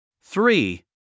Three